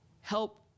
help